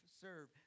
serve